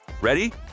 Ready